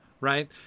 right